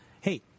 hey